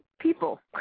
people